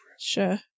Sure